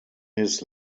his